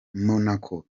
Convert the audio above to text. monaco